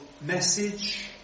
message